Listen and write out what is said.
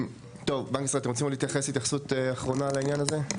בנק ישראל אתם רוצם להתייחס עוד התייחסות אחרונה לעניין הזה?